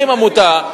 תקים עמותה.